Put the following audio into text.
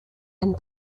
and